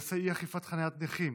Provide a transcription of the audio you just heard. בנושא אי-אכיפת חניית נכים,